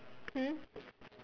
hmm